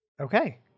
okay